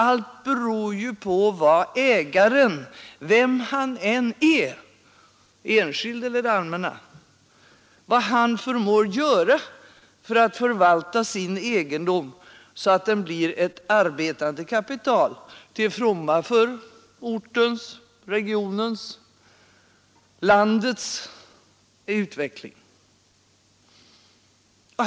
Allt beror ju på vad ägaren — vem han än är, en enskild person eller det allmänna — förmår göra för att förvalta sin egendom så att den blir ett arbetande kapital till fromma för ortens, regionens och landets utveckling.